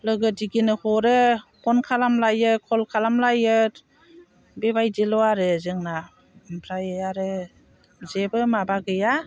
लोगोदिगिनो हरो फन खालामलायो कल खालामलायो बेबायदिल' आरो जोंना ओमफ्राय आरो जेबो माबा गैया